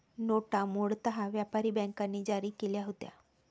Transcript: नोटा मूळतः व्यापारी बँकांनी जारी केल्या होत्या